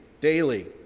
daily